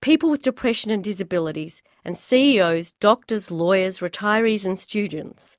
people with depression and disabilities and ceos, doctors, lawyers, retirees and students